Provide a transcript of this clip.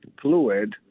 fluid